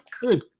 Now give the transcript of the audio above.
good